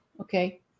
Okay